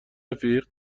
رفیق